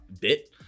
bit